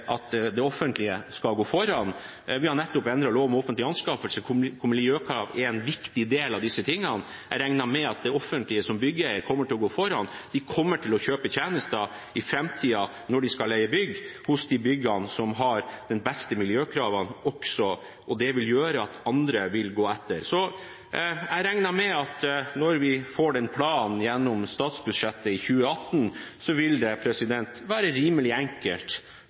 gå foran. Vi har nettopp endret loven om offentlige anskaffelser, hvor miljøkrav er en viktig del av disse tingene. Jeg regner med at det offentlige som byggeier kommer til å gå foran. De kommer til å kjøpe tjenester i framtiden når de skal leie bygg, hos dem som tilbyr de byggene som har de beste miljøkravene også, og det vil gjøre at andre vil gå etter. Så jeg regner med at når vi får den planen gjennom statsbudsjettet i 2018, vil det være rimelig enkelt